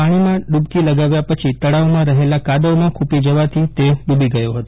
પાણીમાં ડૂબકી લગાવ્યા પછી તળાવમાં રહેલા કાદવમાં ખૂપી જવાથી તે ડૂબી ગયો હતો